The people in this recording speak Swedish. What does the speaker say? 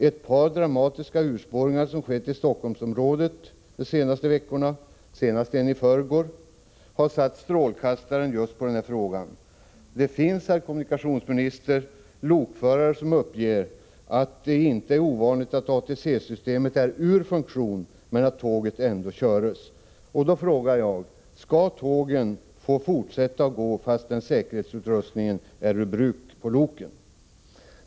Ett par dramatiska urspårningar som skett i Stockholmsområdet de senaste veckorna, den senaste i förrgår, har satt strålkastaren på just denna fråga. Det finns, herr kommunikationsminister, lokförare som uppger att det inte är ovanligt att ATC-systemet är ur funktion, men att tågen ändå körs. Då frågar jag: Skall tågen få fortsätta att gå, fastän säkerhetsutrustningen på loken är ur bruk?